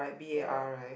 ya